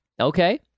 Okay